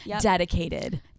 Dedicated